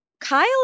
Kyle